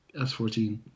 S14